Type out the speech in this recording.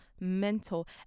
mental